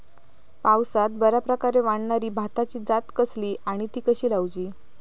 पावसात बऱ्याप्रकारे वाढणारी भाताची जात कसली आणि ती कशी लाऊची?